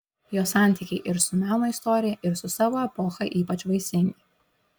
jo santykiai ir su meno istorija ir su savo epocha ypač vaisingi